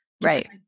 Right